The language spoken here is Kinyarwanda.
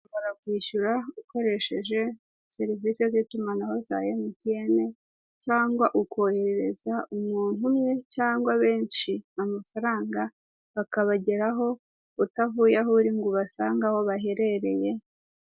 Ushobora kwishyura ukoresheje serivise z'itumanaho za MTN cyangwa ukoherereza umuntu umwe cyangwa besnhi amafaranga akabageraho utavuye aho uri ngo ubasange aho baherereye.